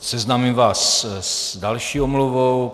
Seznámím vás s další omluvou.